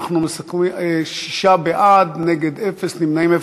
שישה בעד, אפס מתנגדים,